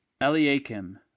Eliakim